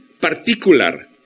particular